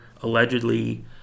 allegedly